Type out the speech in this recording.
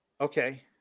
Okay